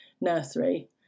nursery